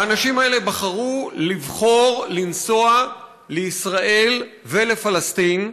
האנשים האלה בחרו לנסוע לישראל ולפלסטין,